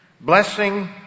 blessing